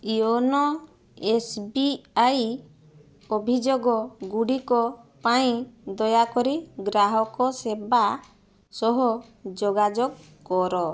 YONO S B I ଅଭିଯୋଗଗୁଡ଼ିକ ପାଇଁ ଦୟାକରି ଗ୍ରାହକ ସେବା ସହ ଯୋଗାଯୋଗ କର